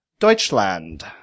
Deutschland